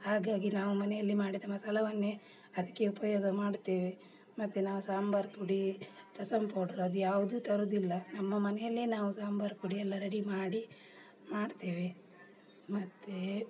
ಹಾಗಾಗಿ ನಾವು ಮನೆಯಲ್ಲಿ ಮಾಡಿದ ಮಸಾಲವನ್ನೇ ಅದಕ್ಕೆ ಉಪಯೋಗ ಮಾಡುತ್ತೇವೆ ಮತ್ತು ನಾವು ಸಾಂಬಾರು ಪುಡಿ ರಸಮ್ ಪೌಡರ್ ಅದ್ಯಾವುದೂ ತರುವುದಿಲ್ಲ ನಮ್ಮ ಮನೆಯಲ್ಲೇ ನಾವು ಸಾಂಬಾರು ಪುಡಿಯೆಲ್ಲ ರೆಡಿ ಮಾಡಿ ಮಾಡ್ತೇವೆ ಮತ್ತು